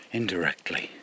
indirectly